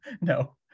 no